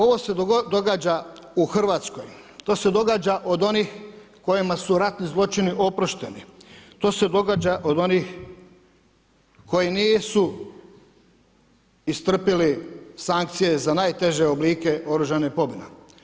Ovo se događa u Hrvatskoj, to se događa od onih kojima su ratni zločini oprošteni, to se događa od onih koji nisu istrpili sankcije za najteže oblike oružane pobune.